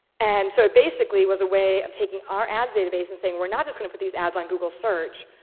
and so it basically was a way of taking our ads database and saying we're not just going to put these ads on google search,